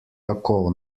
tako